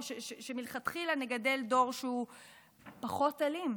שמלכתחילה נגדל דור שהוא פחות אלים.